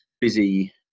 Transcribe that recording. busy